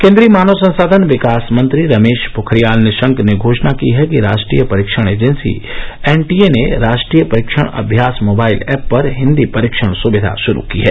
केन्द्रीय मानव संसाधन विकास मंत्री रमेश पोखरियाल निशंक ने घोषणा की है कि राष्ट्रीय परीक्षण एजेंसी एनटीए ने राष्ट्रीय परीक्षण अभ्यास मोबाइल ऐप पर हिंदी परीक्षण सुविधा शुरू की है